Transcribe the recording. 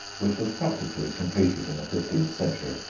which was practically completed in the fifteenth century,